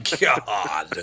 God